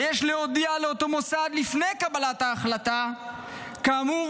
ויש להודיע לאותו מוסד לפני קבלת ההחלטה כאמור,